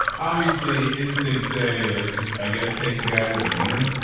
obviously instincts say like, just, i guess, take the guy. who's a winner.